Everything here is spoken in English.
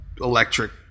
electric